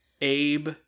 Abe